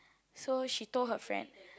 so she told her friend